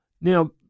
Now